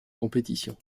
compétition